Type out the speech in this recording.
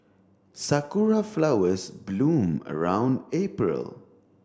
Sakura flowers bloom around April